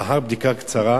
לאחר בדיקה קצרה